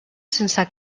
sense